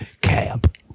cab